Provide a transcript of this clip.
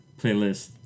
Playlist